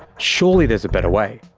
surely there's a better way.